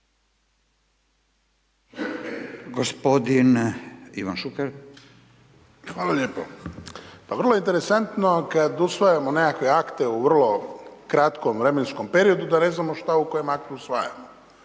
Gospodin Ivan Šuker. **Šuker, Ivan (HDZ)** Pa vrlo je interesantno kad usvajamo nekakve akte u vrlo kratkom vremenskom da ne znamo šta u kojem aktu usvajamo.